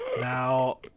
Now